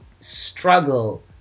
struggle